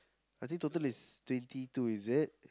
I think total is twenty two is it